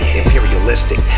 imperialistic